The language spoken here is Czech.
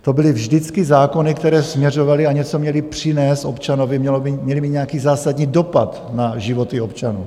To byly vždycky zákony, které směřovaly a něco měly přinést občanovi, měly mít nějaký zásadní dopad na životy občanů.